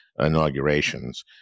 inaugurations